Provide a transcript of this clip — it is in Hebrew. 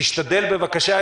תשתדל בבקשה,